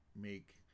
make